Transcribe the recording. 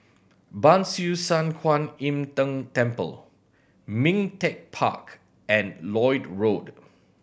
Ban Siew San Kuan Im Tng Temple Ming Teck Park and Lloyd Road